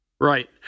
Right